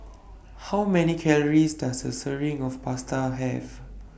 How Many Calories Does A Serving of Chicken Pasta Have